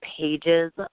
pages